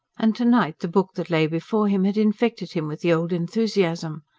and to-night the book that lay before him had infected him with the old enthusiasm.